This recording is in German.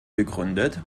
begründet